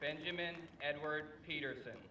benjamin edward peters